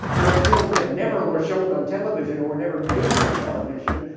those films that never were shown on television, or were never made for television,